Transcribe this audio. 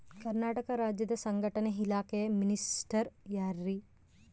ಕರ್ನಾಟಕ ರಾಜ್ಯದ ಸಂಘಟನೆ ಇಲಾಖೆಯ ಮಿನಿಸ್ಟರ್ ಯಾರ್ರಿ?